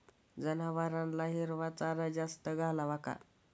जनावरांना हिरवा चारा जास्त घालावा का?